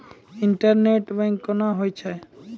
Internet banking कोना होय छै?